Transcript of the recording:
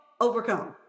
overcome